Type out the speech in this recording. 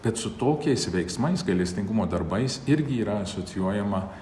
bet su tokiais veiksmais gailestingumo darbais irgi yra asocijuojama